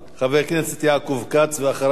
חבר הכנסת יעקב כץ, ואחריו,